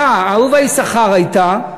הייתה, הייתה, אהובה יששכר הייתה.